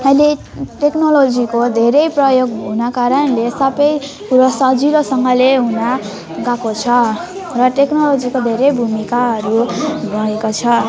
र अहिले टेक्नोलोजीको धेरै प्रयोग हुनाको कारणले सबै कुरो सजिलोसँगले हुनगएको छ र टेक्नोलोजीको धेरै भूमिकाहरू रहेको छ